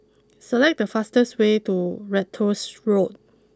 select the fastest way to Ratus Road